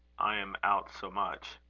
i am out so much,